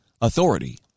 authority